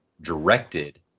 directed